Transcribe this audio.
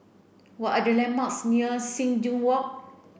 what are the landmarks near Sing Joo Walk